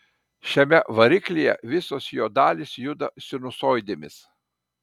šiame variklyje visos jo dalys juda sinusoidėmis